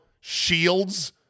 shields